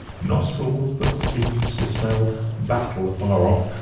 nostrils that seemed to smell battle afar off,